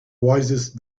wisest